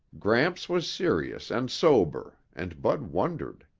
gramps was serious and sober and bud wondered.